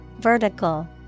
Vertical